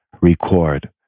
record